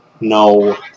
No